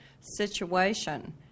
situation